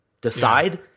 decide